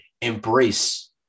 embrace